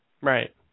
Right